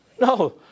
No